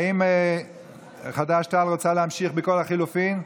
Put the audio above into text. האם חד"ש-תע"ל רוצה להמשיך בכל הלחלופין?